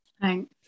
Thanks